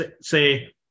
say